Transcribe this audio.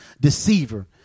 deceiver